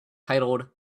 titled